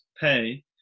pay